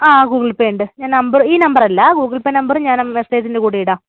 ആ ഗൂഗിൾപേ ഉണ്ട് ഞാൻ നമ്പർ ഈ നമ്പറല്ല ഗൂഗിൾപേ നമ്പര് ഞാന് മെസ്സേജിൻ്റെ കൂടെ ഇടാം